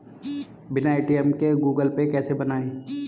बिना ए.टी.एम के Google Pay कैसे बनायें?